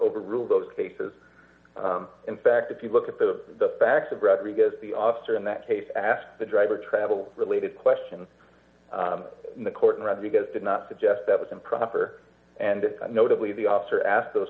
overrule those cases in fact if you look at the facts of rodriguez d the officer in that case asked the driver travel related question in the court and rodriguez did not suggest that was improper and notably the officer asked those